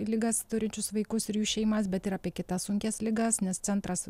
ligas turinčius vaikus ir jų šeimas bet ir apie kitas sunkias ligas nes centras